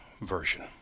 Version